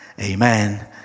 Amen